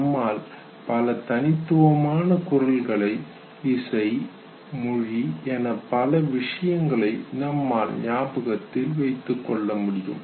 நம்மால் பல தனித்துவமான குரல்களை இசை மொழி என பல விஷயங்களை நம்மால் ஞாபகத்தில் வைத்துக்கொள்ள முடியும்